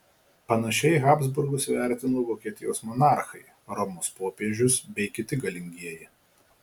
panašiai habsburgus vertino vokietijos monarchai romos popiežius bei kiti galingieji